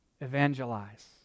evangelize